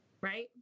Right